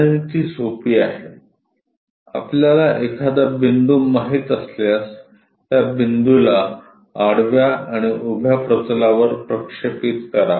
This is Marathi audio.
रणनीती सोपी आहे आपल्याला एखादा बिंदू माहित असल्यास त्या बिंदूला आडव्या आणि उभ्या प्रतलावर प्रक्षेपित करा